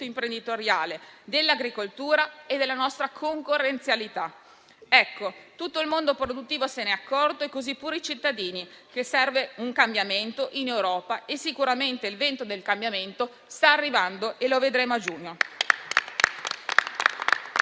imprenditoriale), dell'agricoltura e della nostra concorrenzialità. Ecco, tutto il mondo produttivo si è accorto, e così pure i cittadini, che serve un cambiamento in Europa e sicuramente il vento del cambiamento sta arrivando e lo vedremo a giugno.